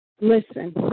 listen